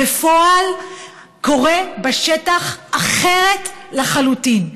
בפועל קורה בשטח אחרת לחלוטין.